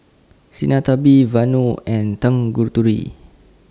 Sinnathamby Vanu and Tanguturi